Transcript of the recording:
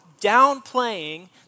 downplaying